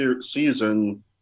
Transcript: season